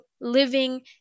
living